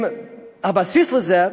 הבסיס לזה,